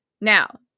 now